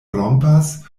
rompas